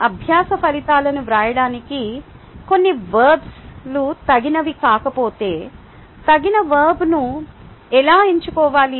అభ్యాస ఫలితాలను వ్రాయడానికి కొన్ని వర్బ్లు తగినవి కాకపోతే తగిన వర్బ్ను ఎలా ఎంచుకోవాలి